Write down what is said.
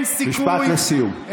משפט לסיום.